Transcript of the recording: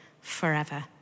forever